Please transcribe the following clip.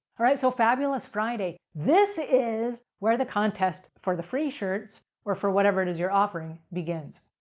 all right. so, fabulous friday. this is where the contest for the free shirts or for whatever it is, you're offering begins.